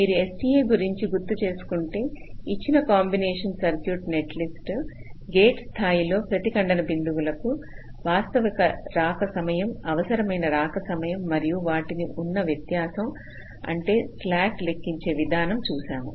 మీరు STA గురించి గుర్తుచేసుకుంటే ఇచ్చిన కాంబినేషన్ సర్క్యూట్ నెట్లిస్ట్ గేట్ స్థాయిలో ప్రతి ఖండన బిందువులకు వాస్తవ రాక సమయం అవసరమైన రాక సమయం మరియు వాటికి ఉన్న వ్యత్యాసం అంటే స్లాక్ లెక్కించే విధానం చూసాము